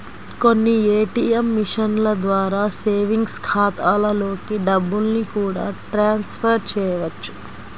కొన్ని ఏ.టీ.యం మిషన్ల ద్వారా సేవింగ్స్ ఖాతాలలోకి డబ్బుల్ని కూడా ట్రాన్స్ ఫర్ చేయవచ్చు